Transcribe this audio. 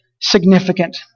significant